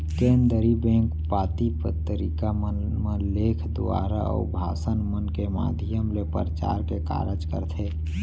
केनदरी bank पाती पतरिका मन म लेख दुवारा, अउ भासन मन के माधियम ले परचार के कारज करथे